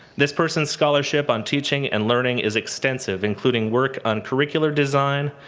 this person's scholarship on teaching and learning is extensive, including work on curricular design,